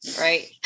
Right